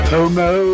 Homo